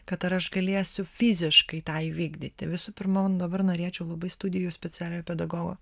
kad ar aš galėsiu fiziškai tą įvykdyti visų pirman dabar norėčiau labai studijų specialiojo pedagogo